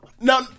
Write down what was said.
no